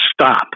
Stop